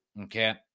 okay